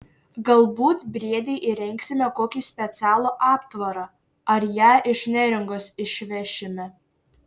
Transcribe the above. galbūt briedei įrengsime kokį specialų aptvarą ar ją iš neringos išvešime